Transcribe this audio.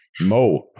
Mo